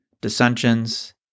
dissensions